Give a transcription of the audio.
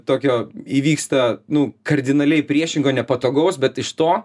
tokio įvyksta nu kardinaliai priešingo nepatogaus bet iš to